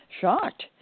shocked